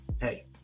Hey